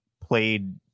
played –